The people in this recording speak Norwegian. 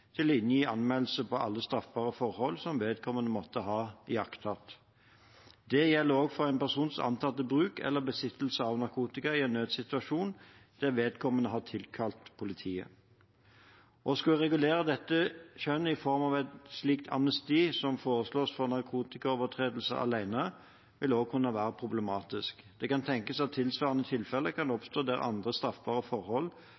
til å inngi anmeldelse på alle straffbare forhold som vedkommende måtte ha iakttatt. Det gjelder også for en persons antatte bruk eller besittelse av narkotika i en nødsituasjon der vedkommende har tilkalt politiet. Å skulle regulere dette skjønn i form av et slikt amnesti som foreslås for narkotikaovertredelser alene, vil også kunne være problematisk. Det kan tenkes at tilsvarende tilfeller kan oppstå der andre straffbare forhold